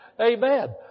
Amen